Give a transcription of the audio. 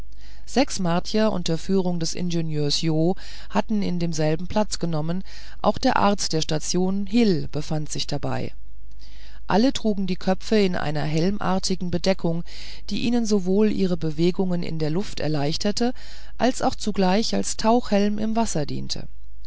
sechs martier unter führung des ingenieurs jo hatten in demselben platz genommen auch der arzt der station hil befand sich dabei alle trugen die köpfe in einer helmartigen bedeckung die ihnen sowohl ihre bewegungen in der luft erleichterte als auch zugleich als taucherhelm im wasser diente